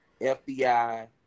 FBI